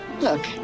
Look